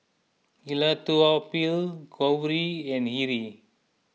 Elattuvalapil Gauri and Hri